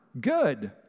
Good